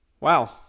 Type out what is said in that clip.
Wow